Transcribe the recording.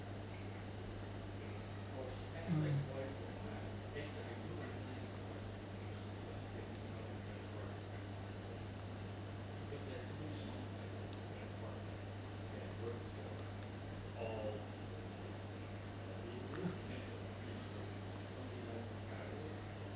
mm